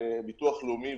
לביטוח לאומי,